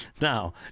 now